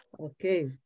Okay